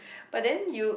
but then you